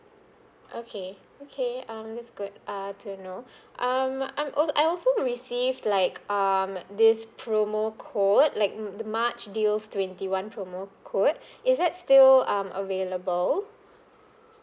okay okay um that's good uh to know um I'm al~ I also received like um this promo code like mm the march deals twenty one promo code is that still um available